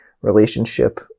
relationship